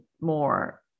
more